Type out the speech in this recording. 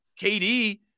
KD